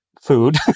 food